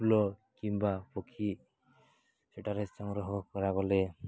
ଫୁଲ କିମ୍ବା ପକ୍ଷୀ ସେଠାରେ ସଂଗ୍ରହ କରାଗଲେ